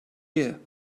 year